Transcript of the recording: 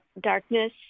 darkness